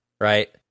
right